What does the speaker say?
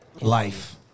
life